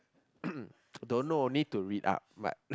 don't know need to read up but